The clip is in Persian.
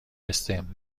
stem